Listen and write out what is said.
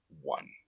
one